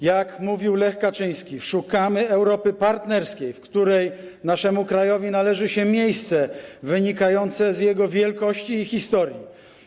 Jak mówił Lech Kaczyński: szukamy Europy partnerskiej, w której naszemu krajowi należy się miejsce wynikające z jego wielkości i historii.